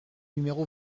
numéro